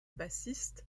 bassiste